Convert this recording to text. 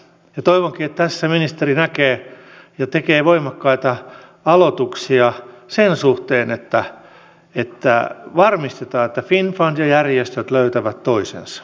toivonkin että tässä ministeri näkee ja tekee voimakkaita aloituksia sen suhteen että varmistetaan että finnfund ja järjestöt löytävät toisensa